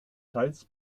teils